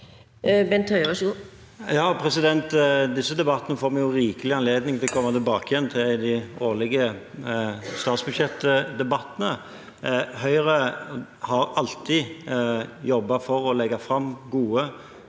Disse spørsmålene får vi rikelig anledning til å komme tilbake igjen til i de årlige statsbudsjettdebattene. Høyre har alltid jobbet for å legge fram gode